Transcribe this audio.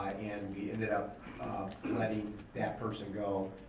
ah and we ended up letting that person go,